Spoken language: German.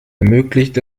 ermöglicht